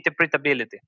interpretability